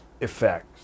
effects